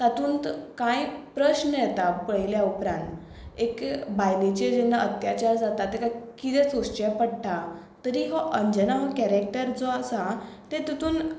तातूंत कांय प्रश्ण येता पळयल्या उपरान एक बायलेचेर जेन्ना अत्याचार जाता तेका किरें सोंसचें पडटा तरी हो अंजना हो कॅरॅक्टर जो आसा तें तेतून